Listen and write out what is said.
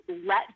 let